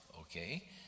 Okay